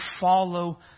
follow